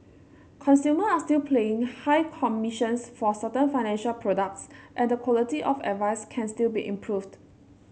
consumers are still paying high commissions for certain financial products and the quality of advice can still be improved